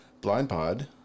blindpod